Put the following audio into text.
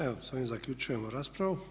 Evo s ovim zaključujemo raspravu.